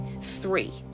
Three